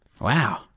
Wow